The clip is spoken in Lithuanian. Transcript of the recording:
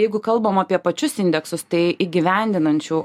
jeigu kalbam apie pačius indeksus tai įgyvendinančių